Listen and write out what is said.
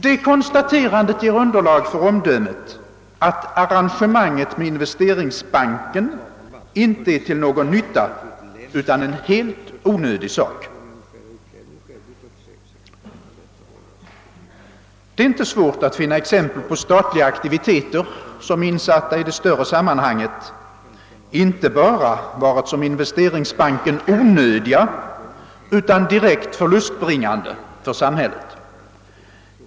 Det konstaterandet blir underlag för omdömet att arangemanget med investeringsbanken inte är till någon nytta utan en helt onödig sak. Det är inte svårt att finna exempel på statliga aktiviteter, som, insatta i det större sammanhanget, inte bara — som investeringsbanken — varit onödiga, utan varit direkt förlustbringande för samhället.